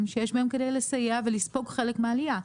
שיש בהם כדי לסייע ולספוג חלק מהעלייה.